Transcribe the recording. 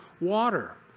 water